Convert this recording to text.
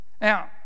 Now